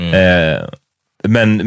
Men